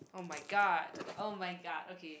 oh-my-god oh-my-god okay